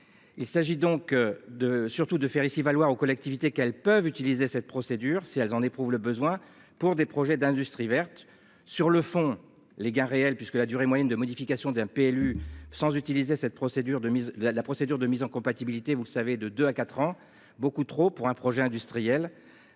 Il s'agit donc de surtout de faire ici valoir aux collectivités qu'elles peuvent utiliser cette procédure si elles en éprouvent le besoin pour des projets d'industrie verte sur le fond les gains réels puisque la durée moyenne de modification d'un PLU sans utiliser cette procédure de mise. La procédure de mise en compatibilité. Vous le savez, de 2 à 4 ans. Beaucoup trop pour un projet industriel.